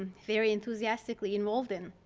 very enthusiastically involved in.